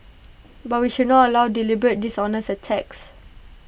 but we should not allow deliberate dishonest attacks